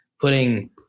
putting